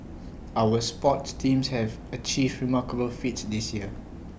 our sports teams have achieved remarkable feats this year